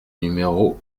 numéro